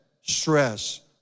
stress